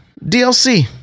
dlc